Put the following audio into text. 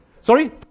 Sorry